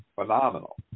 phenomenal